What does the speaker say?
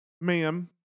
Ma'am